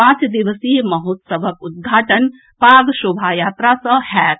पांच दिवसीय महोत्सवक उद्घाटन पाग शोभायात्रा सँ होयत